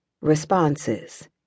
responses